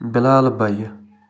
Bilal بَیہِ